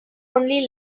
only